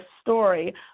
story